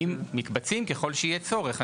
ככל שיהיה צורך.